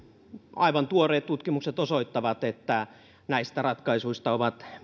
aivan tuoreet tutkimukset osoittavat että näistä ratkaisuista ovat